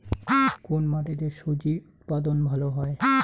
কোন মাটিতে স্বজি উৎপাদন ভালো হয়?